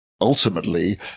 Ultimately